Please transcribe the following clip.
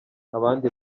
abandi